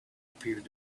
appeared